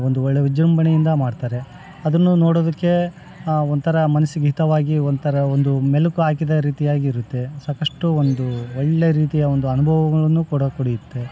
ಒಂದು ಒಳ್ಳೆ ವಿಜೃಂಭಣೆಯಿಂದ ಮಾಡ್ತಾರೆ ಅದನ್ನು ನೋಡೋದಕ್ಕೆ ಒಂಥರ ಮನಸ್ಸಿಗೆ ಹಿತವಾಗಿ ಒಂಥರ ಒಂದು ಮೆಲುಕು ಹಾಕಿದ ರೀತಿಯಾಗಿ ಇರುತ್ತೆ ಸಾಕಷ್ಟು ಒಂದು ಒಳ್ಳೆ ರೀತಿಯ ಒಂದು ಅನುಭವಗಳನ್ನು ಕೂಡ ಕೊಡುತ್ತೆ